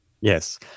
Yes